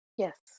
Yes